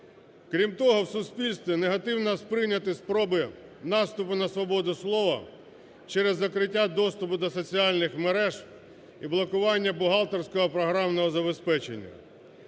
Крім того, в суспільстві негативно сприйняті спроби наступу на свободу слова через закриття доступу до соціальних мереж і блокування бухгалтерського програмного забезпечення.